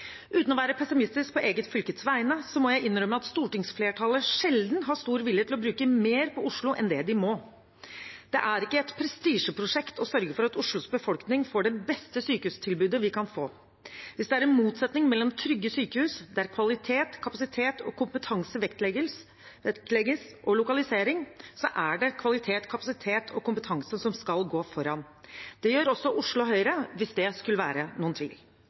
Uten å være pessimistisk på eget fylkes vegne må jeg innrømme at stortingsflertallet sjelden har stor vilje til å bruke mer på Oslo enn det de må. Det er ikke et prestisjeprosjekt å sørge for at Oslos befolkning får det beste sykehustilbudet vi kan få. Hvis det er en motsetning mellom trygge sykehus, der kvalitet, kapasitet og kompetanse vektlegges, og lokalisering, er det kvalitet, kapasitet og kompetanse som skal gå foran. Det gjør også Oslo Høyre – hvis det skulle være noen tvil.